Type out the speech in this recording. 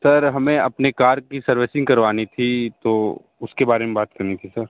sir हमें अपनी car की सर्विसिंग करवानी थी तो उसके बारे में बात करनी थी सर